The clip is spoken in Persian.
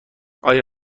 آیا